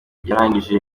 yarangije